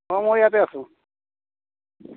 অঁ মই ইয়াতে আছোঁ